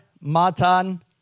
Matan